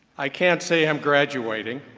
i can't say i'm graduating.